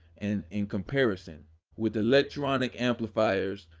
and, in comparison with electronic amplifiers,